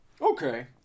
okay